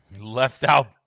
Left-out